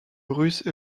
russe